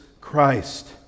Christ